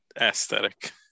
Aesthetic